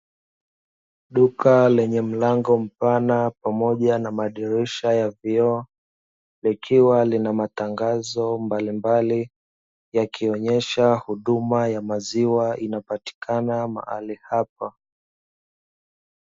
Duka lenye mlango mpana pamoja na madirisha ya vioo, likiwa lina matangazo mbalimbali yakionyesha huduma ya maziwa inapatikana mahali hapa.